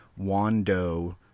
Wando